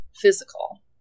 physical